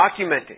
documenting